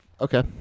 Okay